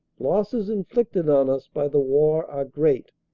losses inflicted on us by the war are great,